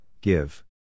Give